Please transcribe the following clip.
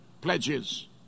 pledges